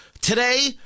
Today